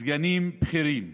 סגנים בכירים,